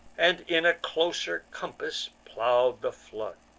and in a closer compass plow'd the flood.